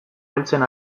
heltzen